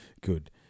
Good